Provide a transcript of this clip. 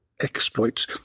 Exploits